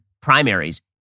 primaries